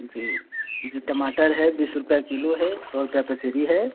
जी जी टमाटर है बीस रुपये किलो है सौ रुपये पसेरी है